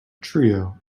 trio